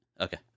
Okay